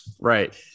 right